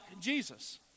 Jesus